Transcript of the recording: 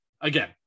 Again